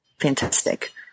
fantastic